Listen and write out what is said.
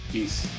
Peace